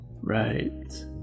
Right